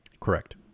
correct